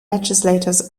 legislatures